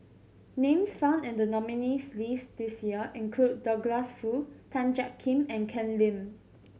names found in the nominees' list this year include Douglas Foo Tan Jiak Kim and Ken Lim